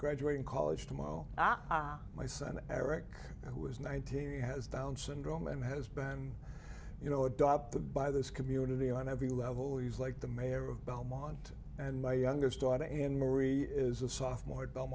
graduating college tomorrow i my son eric who is nineteen who has down syndrome and has been you know adopted by this community on every level he's like the mayor of beaumont and my youngest daughter in moree is a sophomore